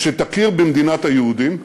שתכיר במדינת היהודים.